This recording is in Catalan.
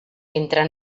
entra